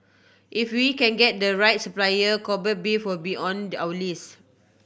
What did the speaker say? if we can get the right supplier Kobe beef will be on there our list